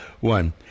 one